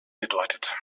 gedeutet